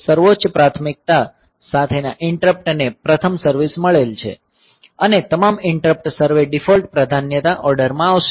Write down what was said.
સર્વોચ્ચ પ્રાથમિકતા સાથેના ઈંટરપ્ટ ને પ્રથમ સર્વીસ મળશે અને તમામ ઈંટરપ્ટ સર્વે ડિફોલ્ટ પ્રાધાન્યતા ઓર્ડરમાં આવશે